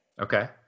Okay